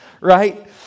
right